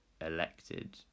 elected